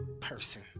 person